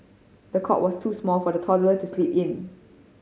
the cot was too small for the toddler to sleep in